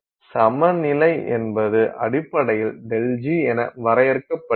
சமநிலை என்பது அடிப்படையில் ΔG என வரையறுக்கப்படுகிறது